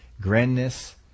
grandness